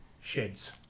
sheds